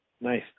Nice